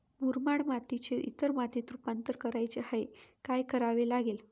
मुरमाड मातीचे इतर मातीत रुपांतर करायचे आहे, काय करावे लागेल?